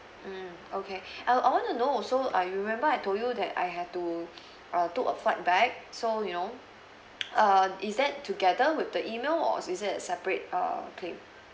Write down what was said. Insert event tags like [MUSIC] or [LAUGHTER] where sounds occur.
mm okay [BREATH] I I want to know also I remember I told you that I have to [BREATH] uh took a flight back so you know [NOISE] uh is that together with the email or is it a separate err claim